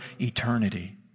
eternity